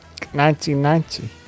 1990